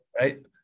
right